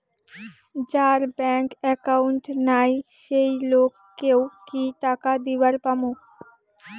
যার bank account নাই সেই লোক কে ও কি টাকা দিবার পামু?